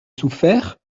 souffert